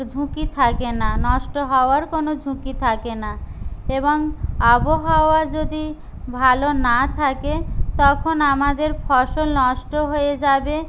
ঝুঁকি থাকে না নষ্ট হওয়ার কোনো ঝুঁকি থাকে না এবং আবহাওয়া যদি ভালো না থাকে তখন আমাদের ফসল নষ্ট হয়ে যাবে